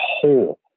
whole